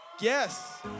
Yes